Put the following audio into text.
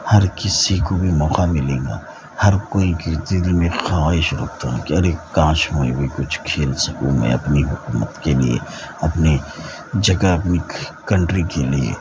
ہر کسی کو بھی موقع ملے گا ہر کوئی کے دل میں خواہش رکھتا کہ ارے کاش میں بھی کچھ کھیل سکوں میں اپنی حکومت کے لیے اپنے جگہ اپنی کنٹری کے لیے